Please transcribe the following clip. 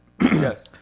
Yes